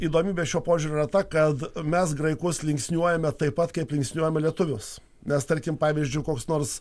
įdomybė šiuo požiūriu yra ta kad mes graikus linksniuojame taip pat kaip linksniuojame lietuvius nes tarkim pavyzdžiui koks nors